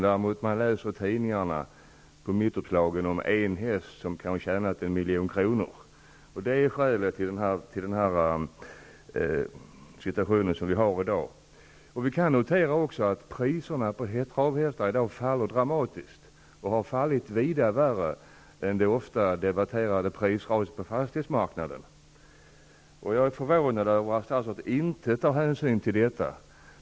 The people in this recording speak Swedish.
Däremot kan man på tidningarnas mittuppslag läsa om en häst som kanske har tjänat 1 milj.kr. Det är orsaken till den situation som vi har i dag. Man kan också notera att priserna på travhästar i dag faller dramatiskt. Priserna på dessa hästar har fallit mycket mer än priserna på fastigheter, som ofta debatteras. Jag är förvånad över att statsrådet inte tar hänsyn till detta.